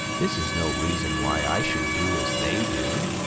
this is no reason why i should do as they do,